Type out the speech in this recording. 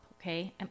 okay